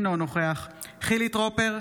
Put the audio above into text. אינו נוכח חילי טרופר,